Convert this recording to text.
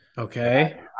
Okay